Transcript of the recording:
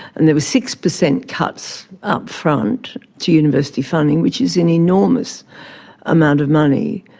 and there was six percent cuts upfront to university funding, which is an enormous amount of money,